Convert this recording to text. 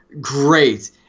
great